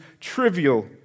trivial